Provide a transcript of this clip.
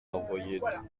envoyer